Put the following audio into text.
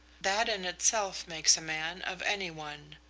that in itself makes a man of any one.